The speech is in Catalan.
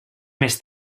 més